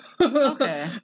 Okay